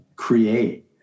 Create